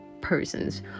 person's